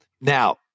Now